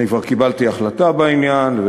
אני כבר קיבלתי החלטה בעניין,